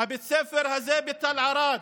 בית הספר הזה בתל ערד,